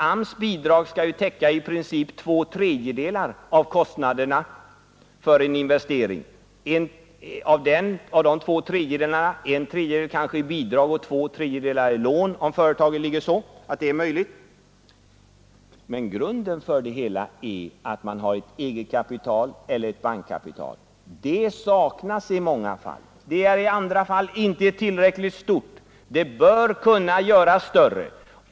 AMS-bidraget skall i princip täcka två tredjedelar av kostnaderna för investering. En tredjedel är kanske bidrag och två tredjedelar är lån — om företaget ligger så till att detta är en möjlighet. Men grunden för det hela är att man har ett eget kapital eller ett bankkapital. Detta saknas emellertid i många fall, och i andra fall är det inte tillräckligt stort. Det bör kunna göras större.